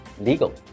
legal